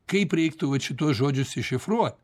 kaip reiktų vat šituos žodžius iššifruot